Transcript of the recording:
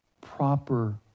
proper